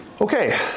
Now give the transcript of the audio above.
Okay